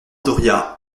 doria